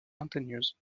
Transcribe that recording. montagneuses